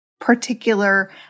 particular